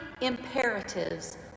imperatives